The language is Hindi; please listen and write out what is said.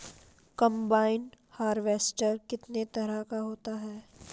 कम्बाइन हार्वेसटर कितने तरह का होता है?